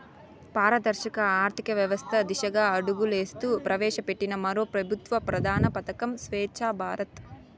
పారదర్శక ఆర్థికవ్యవస్త దిశగా అడుగులేస్తూ ప్రవేశపెట్టిన మరో పెబుత్వ ప్రధాన పదకం స్వచ్ఛ భారత్